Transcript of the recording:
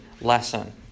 lesson